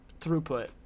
throughput